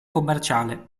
commerciale